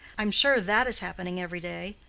i am sure that is happening every day.